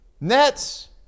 nets